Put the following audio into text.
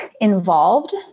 involved